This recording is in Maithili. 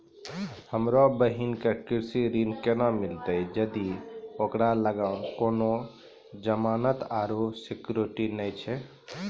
हमरो बहिनो के कृषि ऋण केना मिलतै जदि ओकरा लगां कोनो जमानत आरु सिक्योरिटी नै छै?